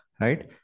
right